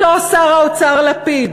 אותו שר האוצר לפיד,